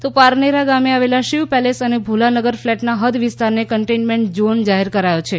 તો પારનેરા ગામે આવેલાં શિવ પેલેસ અને ભોલાનગર ફ્લેટના હૃદ વિસ્તારને કન્ટેઇન્મેન્ટ ઝોન જાહેર કરાયો છે